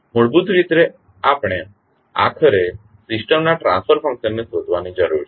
મૂળભૂત રીતે આપણે આખરે સિસ્ટમના ટ્રાંસફર ફંકશનને શોધવાની જરૂર છે